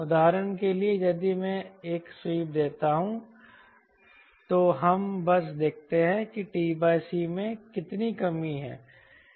उदाहरण के लिए यदि मैं एक स्वीप देता हूं तो हम बस देखते हैं t c में कितनी कमी है